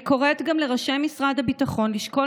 אני קוראת גם לראשי משרד הביטחון לשקול